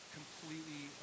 completely